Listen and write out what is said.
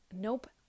nope